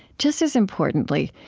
just as importantly,